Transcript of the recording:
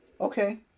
Okay